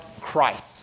Christ